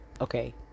okay